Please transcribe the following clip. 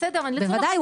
בסדר -- בוודאי,